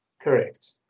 Correct